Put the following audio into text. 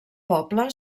poble